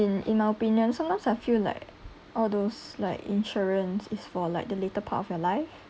in in our opinion sometimes I feel like all those like insurance is for like the later part of your life